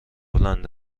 بلند